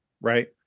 right